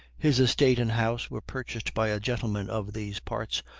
his estate and house were purchased by a gentleman of these parts,